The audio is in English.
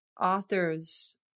authors